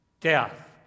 Death